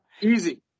Easy